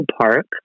park